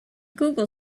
google